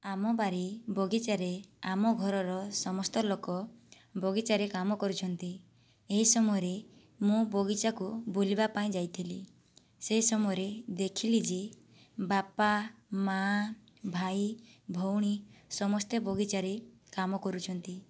ଆମ ବାରି ବଗିଚାରେ ଆମ ଘରର ସମସ୍ତ ଲୋକ ବଗିଚାରେ କାମ କରୁଛନ୍ତି ଏହି ସମୟରେ ମୁଁ ବାଗିଚାକୁ ବୁଲିବା ପାଇଁ ଯାଇଥିଲି ସେହି ସମୟରେ ଦେଖିଲି ଯେ ବାପା ମାଆ ଭାଇ ଭଉଣୀ ସମସ୍ତେ ବଗିଚାରେ କାମ କରୁଛନ୍ତି